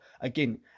again